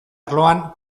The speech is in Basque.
arloan